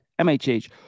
MHH